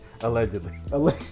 Allegedly